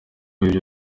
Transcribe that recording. ibyo